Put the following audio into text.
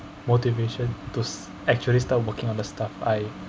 motivation to actually start working on the stuff I